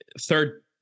third